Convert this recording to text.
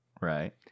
Right